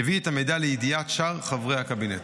יביא את המידע לידיעת שאר חברי הקבינט.